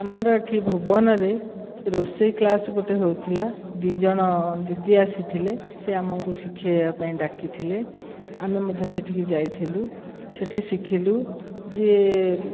ଆମର ଏଇଠି ଭୁବନରେ ରୋଷେଇ କ୍ଲାସ୍ ଗୋଟିଏ ହେଉଥିଲା ଦୁଇ ଜଣ ଦିଦି ଆସିଥିଲେ ସେ ଆମକୁ ଶିଖେଇବାପାଇଁ ଡାକିଥିଲେ ଆମେ ମଧ୍ୟ ସେଠିକି ଯାଇଥିଲୁ ସେଇଠି ଶିଖିଲୁ ଯେ